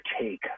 take